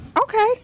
Okay